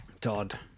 Todd